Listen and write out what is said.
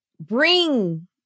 bring